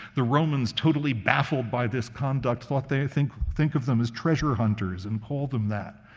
the romans, totally baffled by this conduct, thought. they think think of them as treasure hunters, and called them that.